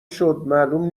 شد، معلوم